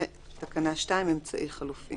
אמצעי חלופי